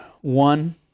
one